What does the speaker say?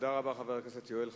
תודה רבה, חבר הכנסת יואל חסון.